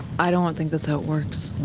i don't think that's how it works.